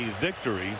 victory